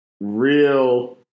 real